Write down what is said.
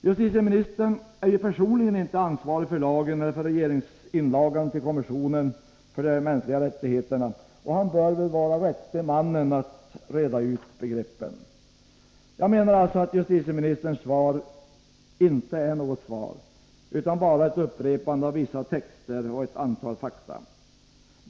Justitieministern är ju personligen inte ansvarig för lagen eller för regeringsinlagan till kommissionen för de mänskliga rättigheterna, och han bör vara rätte mannen att reda ut begreppen. Jag menar alltså att justitieministerns svar inte är något svar utan bara ett upprepande av vissa texter och ett antal fakta.